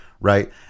right